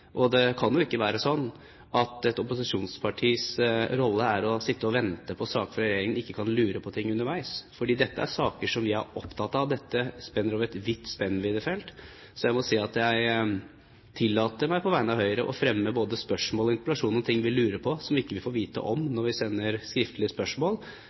Det kan ikke være slik at et opposisjonspartis rolle bare er å sitte og vente på saker fra regjeringen og ikke kan lure på ting underveis. Dette er saker vi er opptatt av. Dette spenner over et vidt felt. Så jeg tillater meg på vegne av Høyre å fremme både spørsmål og interpellasjoner om ting vi lurer på, som vi ikke får vite om når vi sender skriftlige spørsmål